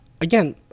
again